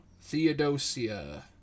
Theodosia